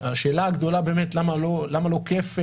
השאלה הגדולה באמת למה לא כפל?